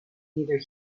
neither